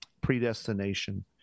predestination